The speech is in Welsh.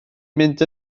mynd